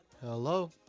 hello